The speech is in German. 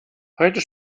heute